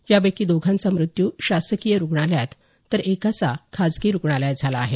यापैकी दोघांचा मृत्यू शासकीय रूग्णालयात तर एकाचा खाजगी रूग्णालयात झाला आहे